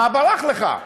מה ברח לך?